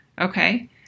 Okay